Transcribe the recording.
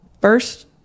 First